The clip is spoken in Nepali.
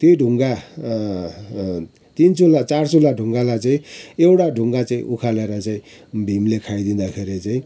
त्यो ढुङ्गा तिन चुल्हा चार चुल्हा ढुङ्गालाई चैँ एउटा ढुङ्गा चाहिँ उखालेर चाहिँ भीमले खाइदिँदाखेरि चाहिँ